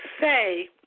say